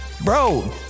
Bro